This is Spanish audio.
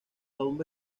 bomba